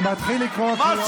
אני מתחיל לקרוא קריאות ראשונות.